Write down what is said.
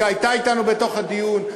שהייתה אתנו בדיון,